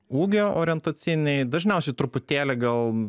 ūgio orientaciniai dažniausiai truputėlį gal